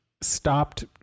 stopped